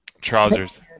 trousers